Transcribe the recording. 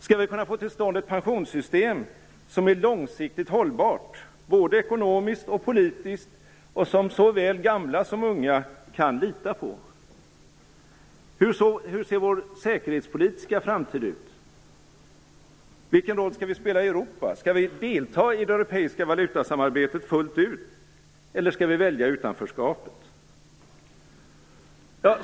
Skall vi kunna få till stånd ett pensionssystem som är långsiktigt hållbart, både ekonomiskt och politiskt och som såväl gamla som unga kan lita på? Hur ser vår säkerhetspolitiska framtid ut? Vilken roll skall vi spela i Europa? Skall vi delta i det europeiska valutasamarbetet fullt ut eller skall vi välja utanförskapet?